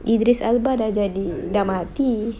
idris elba dah jadi dah mati